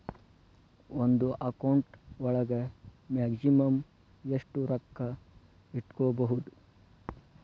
ಒಂದು ಅಕೌಂಟ್ ಒಳಗ ಮ್ಯಾಕ್ಸಿಮಮ್ ಎಷ್ಟು ರೊಕ್ಕ ಇಟ್ಕೋಬಹುದು?